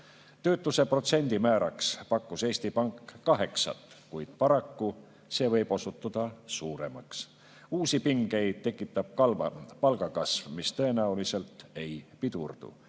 Töötuse määraks pakkus Eesti Pank 8%, kuid paraku see võib osutuda suuremaks. Uusi pingeid tekitab palgakasv, mis tõenäoliselt ei pidurdu,